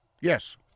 yes